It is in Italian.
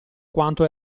quanto